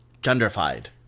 genderfied